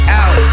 out